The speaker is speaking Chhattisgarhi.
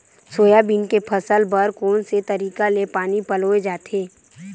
सोयाबीन के फसल बर कोन से तरीका ले पानी पलोय जाथे?